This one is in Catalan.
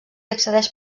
accedeix